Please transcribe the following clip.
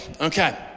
okay